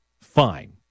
fine